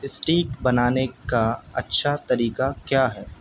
stack بنانے کا اچھا طریقہ کیا ہے